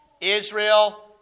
Israel